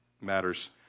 matters